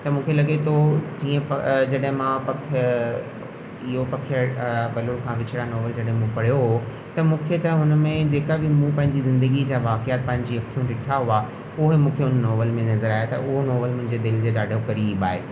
त मूंखे लॻे थो जीअं जॾहिं मां पखी इहो पखी वलुर खां विछुड़िया नॉवेल जॾहिं मां पढ़ियो हुओ त मूंखे त हुन में जेका बि मूं पंहिंजी ज़िदगीअ जा वाक्यात पंहिंजी अखियूं ॾिठा हुआ उहे मूंखे उहो बि नॉवेल में नज़र आहे त हो नॉवेल मुंहिंजे दिलि जे ॾाढो क़रीबु आहे